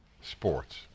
sports